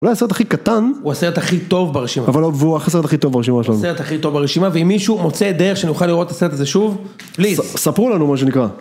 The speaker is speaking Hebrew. הוא הסרט הכי קטן, הוא הסרט הכי טוב ברשימה, אבל הוא הסרט הכי טוב ברשימה שלנו, הוא הסרט הכי טוב ברשימה ואם מישהו מוצא דרך שנוכל לראות את הסרט הזה שוב, פליז, ספרו לנו מה שנקרא.